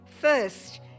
first